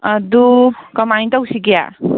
ꯑꯗꯨ ꯀꯃꯥꯏ ꯇꯧꯁꯤꯒꯦ